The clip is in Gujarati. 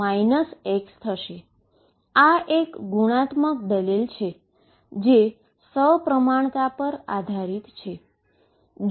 આ એક ક્વોલીટેટીવ દલીલ છે જે સીમેટ્રી પર આધારિત છે